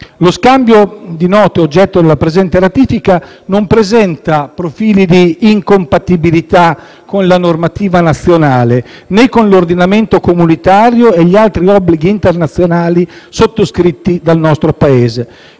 Lo scambio di note oggetto della presente ratifica non presenta profili di incompatibilità con la normativa nazionale, né con l'ordinamento comunitario e gli altri obblighi internazionali sottoscritti dal nostro Paese.